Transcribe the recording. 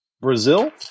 Brazil